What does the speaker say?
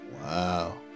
Wow